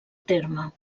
terme